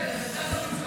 אנגלית.